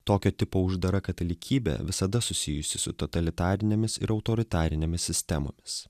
tokio tipo uždara katalikybė visada susijusi su totalitarinėmis ir autoritarinėmis sistemomis